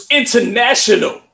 international